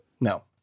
No